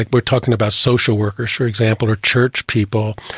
like we're talking about social workers, for example, or church people,